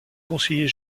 conseiller